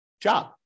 job